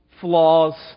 flaws